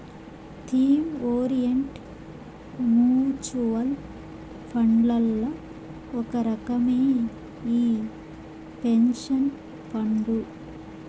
theme orient mutual ఫండ్లల్ల ఒక రకమే ఈ పెన్సన్ ఫండు